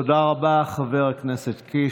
תודה רבה, חבר הכנסת קיש.